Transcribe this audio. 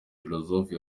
philosophe